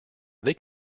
they